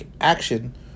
action